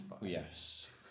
yes